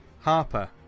Harper